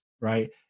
Right